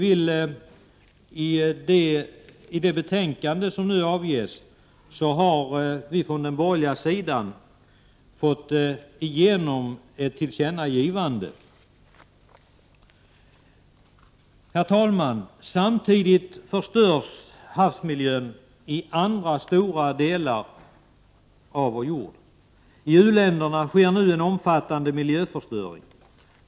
I det betänkande som nu avges har vi från den borgerliga sidan fått igenom detta tillkännagivande. Herr talman! Samtidigt förstörs havsmiljön på stora delar av vår jord. I u-länderna sker nu en omfattande miljöförstöring.